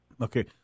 Okay